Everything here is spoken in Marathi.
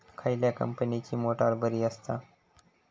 खयल्या कंपनीची मोटार बरी असता?